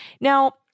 Now